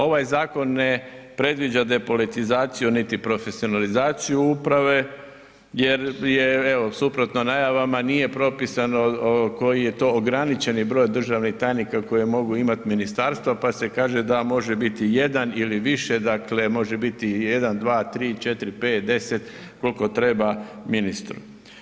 Ovaj zakon ne predviđa depolitizaciju niti profesionalizaciju uprave jer je evo suprotno najavama nije propisano koji je to ograničeni broj državnih tajnika koje mogu imat ministarstva, pa se kaže da može biti jedan ili više, dakle može biti 1, 2, 3, 5, 10 koliko treba ministru.